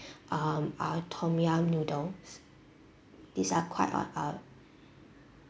um our tom yum noodle these are quite uh uh